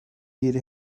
yeri